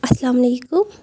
اسلامُ علیکُم